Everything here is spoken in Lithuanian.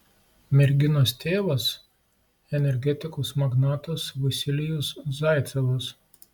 merginos tėvas energetikos magnatas vasilijus zaicevas